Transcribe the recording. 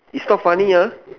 it's not funny ah